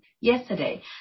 yesterday